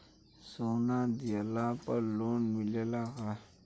सोना दिहला पर लोन मिलेला का?